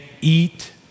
eat